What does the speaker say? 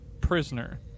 prisoner